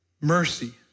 Mercy